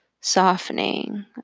softening